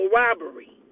robbery